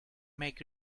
make